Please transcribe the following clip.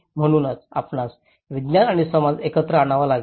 म्हणून आपणास विज्ञान आणि समाज एकत्र आणावा लागेल